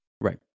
Right